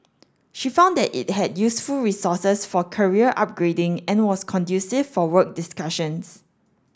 she found that it had useful resources for career upgrading and was conducive for work discussions